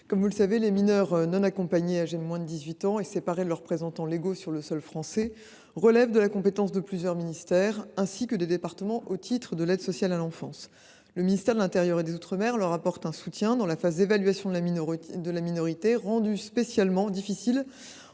comme vous le savez, les mineurs non accompagnés, âgés de moins de 18 ans et séparés de leurs représentants légaux sur le sol français, relèvent de la compétence de plusieurs ministères, mais aussi de celle des départements, au titre de l’aide sociale à l’enfance. Le ministère de l’intérieur et des outre mer apporte un soutien à ces derniers dans la phase d’évaluation de la minorité, rendue spécialement difficile